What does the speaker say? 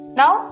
now